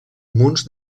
munts